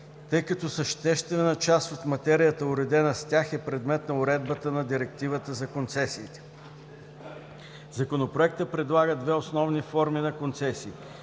тъй като съществена част от материята, уредена с тях, е предмет на уредбата на Директивата за концесиите. Законопроектът предлага две основни форми на концесии